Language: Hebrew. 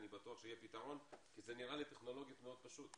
אני בטוח שיהיה פתרון כי זה נראה לי טכנולוגית מאוד פשוט.